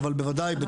אבל בוודאי,